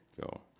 go